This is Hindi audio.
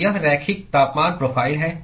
तो यह रैखिक तापमान प्रोफ़ाइल है